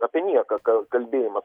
apie nieką kalbėjimas